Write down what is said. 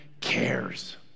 cares